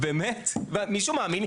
מישהו מאמין?